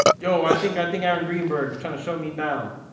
yo, i think i think iron greenberg is trying to shut me down